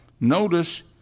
Notice